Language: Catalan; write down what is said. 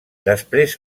després